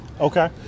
Okay